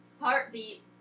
heartbeat